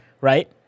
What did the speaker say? Right